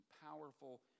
powerful